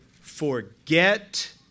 forget